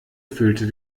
füllte